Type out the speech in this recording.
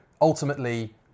ultimately